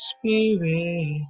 Spirit